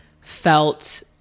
felt